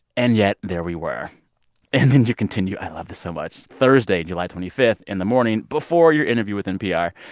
and yet, there we were and then you continue i love this so much thursday, july twenty five in the morning, before your interview with npr,